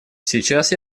сейчас